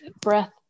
breath